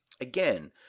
Again